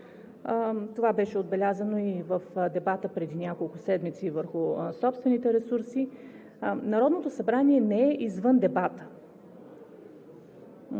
Това беше отбелязано и в дебата преди няколко седмици върху собствените ресурси, Народното събрание не е извън дебата.